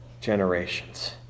generations